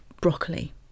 broccoli